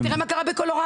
תראה מה קרה בקולורדו,